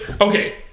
okay